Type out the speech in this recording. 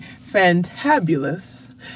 fantabulous